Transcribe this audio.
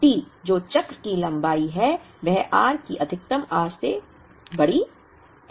तो T जो चक्र की लंबाई है वह r की अधिकतम से बड़ी है